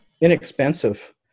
inexpensive